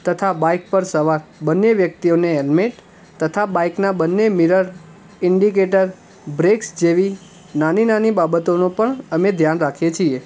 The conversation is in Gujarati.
તથા બાઇક પર સવાર બંને વ્યક્તિઓને હૅલ્મેટ તથા બાઇકના બંને મિરર ઇન્ડિકેટર બ્રેક્સ જેવી નાની નાની બાબતોનો પણ અમે ધ્યાન રાખીએ છીએ